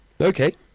Okay